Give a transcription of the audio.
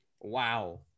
wow